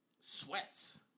sweats